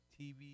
TV